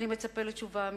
אני מצפה לתשובה אמיתית,